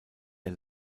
der